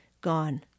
gone